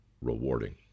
rewarding